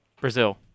Brazil